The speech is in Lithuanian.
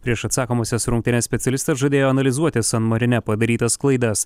prieš atsakomąsias rungtynes specialistas žadėjo analizuoti san marine padarytas klaidas